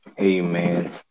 Amen